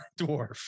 dwarf